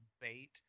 bait